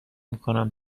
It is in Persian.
میکنم